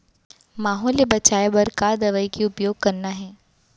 माहो ले बचाओ बर का दवई के उपयोग करना हे?